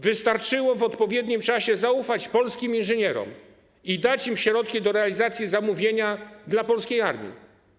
Wystarczyło w odpowiednim czasie zaufać polskim inżynierom i dać im środki do realizacji zamówienia dla polskiej armii.